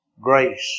grace